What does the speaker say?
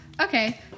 Okay